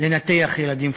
לנתח ילדים פלסטינים,